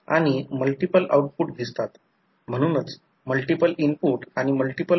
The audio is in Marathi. तर म्हणूनच हे एक I2 आहे जी येथे लिहिलेली आहे I2 ही प्रत्यक्षात थोडीशी आहे